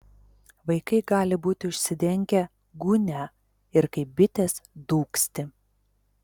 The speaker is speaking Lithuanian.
vaikai gali būti užsidengę gūnia ir kaip bitės dūgzti